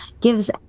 gives